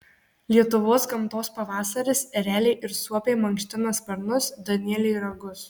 lietuvos gamtos pavasaris ereliai ir suopiai mankština sparnus danieliai ragus